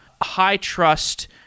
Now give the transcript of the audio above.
high-trust